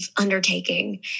undertaking